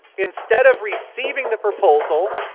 instead of receiving the proposal,